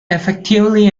effectively